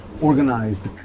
organized